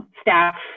staff